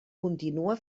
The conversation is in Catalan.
continua